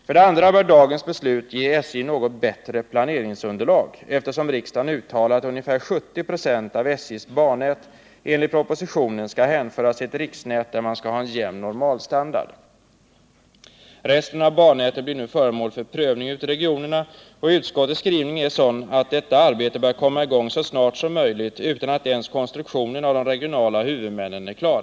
För det andra bör dagens beslut ge SJ något bättre planeringsunderlag, eftersom riksdagen uttalat att ungefär 70 26 av SJ:s bannät enligt propositionen skall hänföras till ett riksnät, där man skall ha en jämn normalstandard. Resten av bannätet blir nu föremål för prövning ute i regionerna. Enligt utskottets skrivning bör detta arbete kunna komma i gång så snart som möjligt och utan att ens konstruktionen när det gäller de regionala huvudmännen är klar.